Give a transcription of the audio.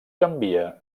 canvia